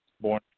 born